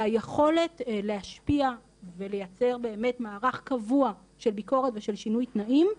והיכולת להשפיע ולייצר באמת מערך קבוע של ביקורת ושל שינוי תנאים,